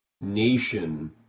nation